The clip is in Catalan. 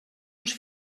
uns